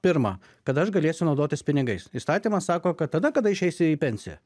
pirma kada aš galėsiu naudotis pinigais įstatymas sako kad tada kada išeisiu į pensiją